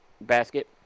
basket